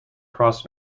cross